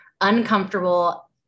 uncomfortable